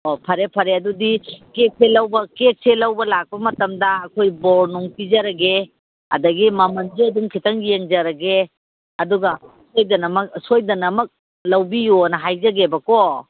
ꯑꯣ ꯐꯔꯦ ꯐꯔꯦ ꯑꯗꯨꯗꯤ ꯀꯦꯛꯁꯦ ꯂꯧꯕ ꯂꯥꯛꯄ ꯃꯇꯝꯗ ꯑꯩꯈꯣꯏ ꯕꯣꯔꯅꯨꯡ ꯄꯤꯖꯔꯒꯦ ꯑꯗꯒꯤ ꯃꯃꯟꯁꯨ ꯑꯗꯨꯝ ꯈꯤꯇꯪ ꯌꯦꯡꯖꯔꯒꯦ ꯑꯗꯨꯒ ꯁꯣꯏꯗꯅꯃꯛ ꯂꯧꯕꯤꯌꯣꯅ ꯍꯥꯏꯖꯒꯦꯕꯀꯣ